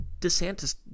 DeSantis